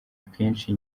akenshi